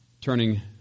Turning